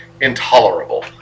intolerable